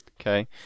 okay